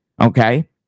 Okay